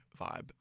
vibe